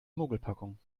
mogelpackung